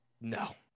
No